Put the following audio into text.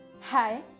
hi